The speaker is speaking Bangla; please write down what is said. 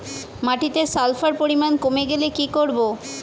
মাটিতে সালফার পরিমাণ কমে গেলে কি করব?